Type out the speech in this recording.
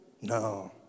No